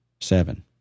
seven